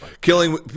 killing